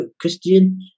Christian